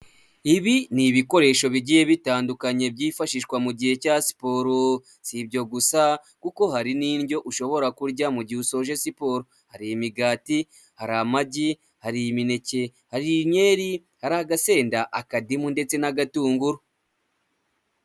Ibi ni ibikoresho bigiye bitandukanye byifashishwa mu gihe cya siporo, si ibyo gusa kuko hari n'indyo ushobora kurya mu mu gihe ushoje siporo, hari imigati, hari amagi, hari imineke, hari inkeri, hari agasenda, akadimu ndetse n'agatunguru.